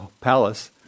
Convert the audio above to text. palace